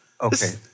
Okay